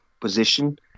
position